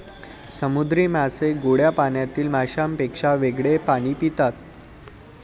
समुद्री मासे गोड्या पाण्यातील माशांपेक्षा वेगळे पाणी पितात